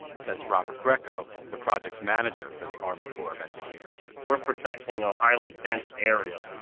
says robert greco, the project's manager for the army corps of engineers we're protecting a highly dense area.